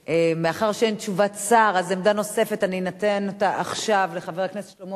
מאחר שאין תשובת שר אני אתן עכשיו עמדה אחרת לחבר הכנסת שלמה